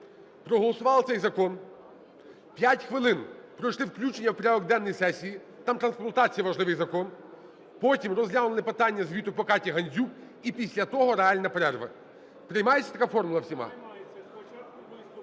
проголосували цей закон. 5 хвилин пройшли включення у порядок денний сесії, там по трансплантації важливий закон. Потім розглянули питання звіту по Каті Гандзюк, і після того реальна перерва. Приймається така формула всіма?